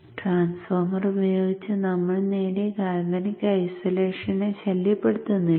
transformer ഉപയോഗിച്ച് നമ്മൾ നേടിയ ഗാൽവാനിക് ഐസൊലേഷനെ ശല്യപ്പെടുത്തുന്നില്ല